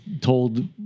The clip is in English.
told